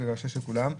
זו ההרגשה של כולם,